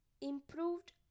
improved